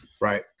right